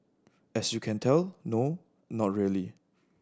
as you can tell no not really